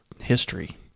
history